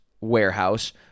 warehouse